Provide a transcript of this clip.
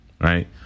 right